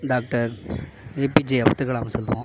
doctor A P J Abdul கலாமை சொல்வோம்